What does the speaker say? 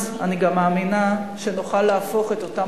אז אני גם מאמינה שנוכל להפוך את אותם